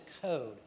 code